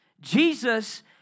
Jesus